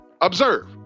observe